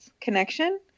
connection